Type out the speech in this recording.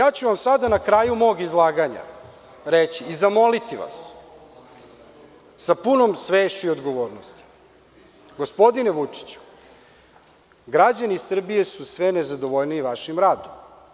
Sada ću vam na kraju mog izlaganja reći i zamoliti vas, sa punom svešću i odgovornošću, gospodine Vučiću, građani Srbije su sve nezadovoljniji vašim radom.